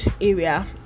area